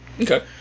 okay